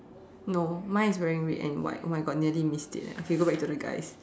no mine is wearing red and white oh my God nearly missed it eh okay go back to the guys